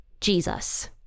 Jesus